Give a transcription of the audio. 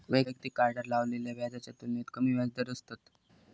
वैयक्तिक कार्डार लावलेल्या व्याजाच्या तुलनेत कमी व्याजदर असतत